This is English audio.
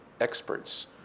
experts